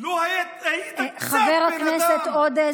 לו היית קצת בן אדם,